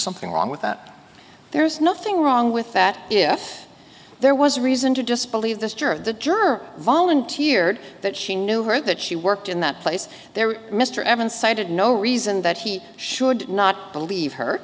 something wrong with that there's nothing wrong with that if there was a reason to disbelieve this juror of the germ volunteered that she knew her that she worked in that place there mr evans cited no reason that he should not believe her